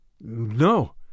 No